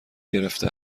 گرفته